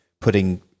putting